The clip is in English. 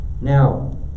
Now